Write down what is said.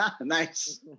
Nice